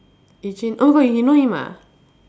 Yu Jun oh my god you know him ah